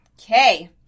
Okay